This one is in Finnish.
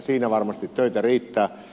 siinä varmasti töitä riittää